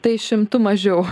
tai šimtu mažiau